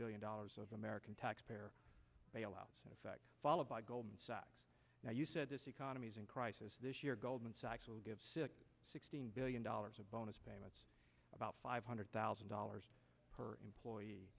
billion dollars of american taxpayer bailout the fact followed by goldman sachs now you said this economy is in crisis this year goldman sachs will give six sixteen billion dollars of bonus payments about five hundred thousand dollars per employee